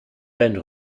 ben